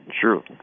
Sure